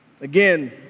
Again